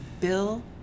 bill